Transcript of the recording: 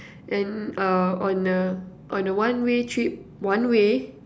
and uh on a on a one way trip one way